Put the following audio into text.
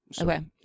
Okay